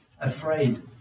afraid